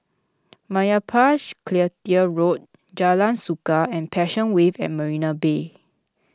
Meyappa Road Jalan Suka and Passion Wave at Marina Bay